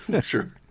Sure